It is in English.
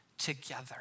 together